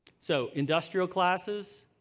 so, industrial classes,